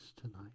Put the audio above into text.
tonight